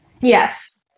Yes